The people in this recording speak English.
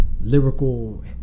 lyrical